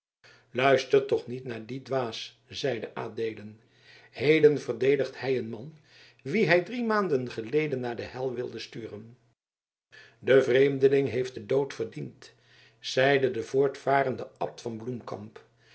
luistert toch niet naar dien dwaas zeide adeelen heden verdedigt hij een man wien hij drie maanden geleden naar de hel wilde sturen de vreemdeling heeft den dood verdiend zeide de voortvarende abt van